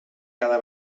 cada